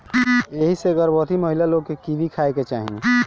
एही से गर्भवती महिला लोग के कीवी खाए के चाही